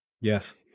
Yes